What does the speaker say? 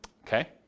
Okay